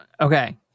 Okay